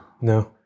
No